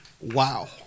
wow